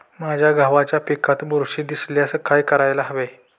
माझ्या गव्हाच्या पिकात बुरशी दिसल्यास काय करायला हवे?